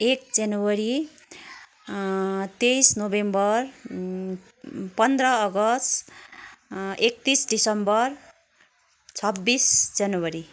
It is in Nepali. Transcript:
एक जनवरी तेइस नोभेम्बर पन्ध्र अगस्ट एकतिस डिसम्बर छब्बिस जनवरी